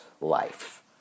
life